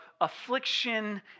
affliction